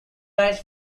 writes